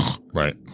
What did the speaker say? right